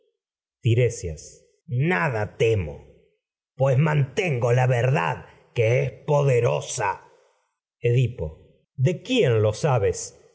nada que es mantengo la verdad poderosa edipo de quién lo sabes